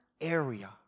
area